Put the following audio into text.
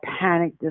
panic